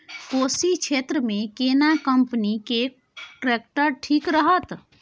कोशी क्षेत्र मे केना कंपनी के ट्रैक्टर ठीक रहत?